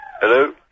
Hello